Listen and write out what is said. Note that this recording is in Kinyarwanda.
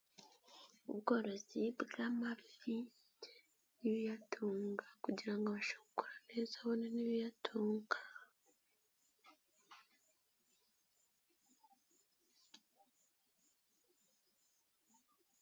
Ubworozi bw'amafi n'ibiyatunga kugira ngo abashe gukura neza abona n'ibiyatunga.